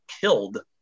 killed